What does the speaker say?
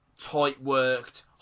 tight-worked